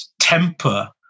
temper